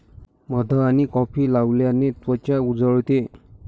मध आणि कॉफी लावल्याने त्वचा उजळते